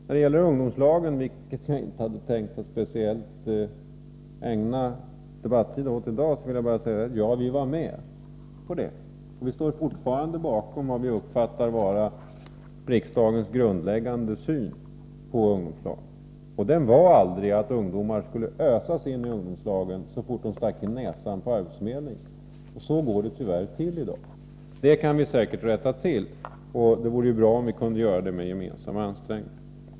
När det gäller ungdomslagen, som jag i dag inte hade tänkt ägna någon särskild lång debattid, vill jag bara säga att visst var vi med om beslutet. Vi står fortfarande bakom vad vi anser vara riksdagens grundläggande syn på ungdomslagen. Den var aldrig att ungdomar skulle ösas in i ungdomslagen så fort de stack in näsan på arbetsförmedlingen. Så går det tyvärr till i dag. Det kan säkert rättas till, och det vore bra om vi kunde göra det med gemensamma ansträngningar.